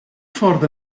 ffordd